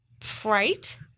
fright